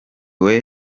muri